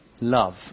love